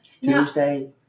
Tuesday